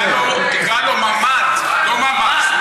קרא לו ממ"ד, לא ממ"ז.